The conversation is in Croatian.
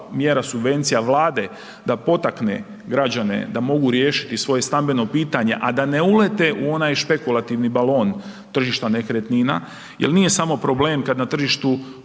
mjera subvencija Vlade da potakne građane da mogu riješiti svoje stambeno pitanje, a da ne ulete u onaj špekulativni balon tržišta nekretnina, jer nije samo problem kad na tržištu